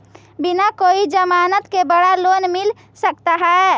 बिना कोई जमानत के बड़ा लोन मिल सकता है?